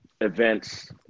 events